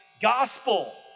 gospel